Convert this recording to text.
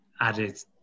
added